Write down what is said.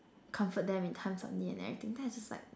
comfort them in times of need and everything then I just like